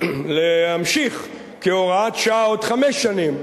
להמשיך כהוראת שעה, עוד חמש שנים,